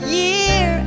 year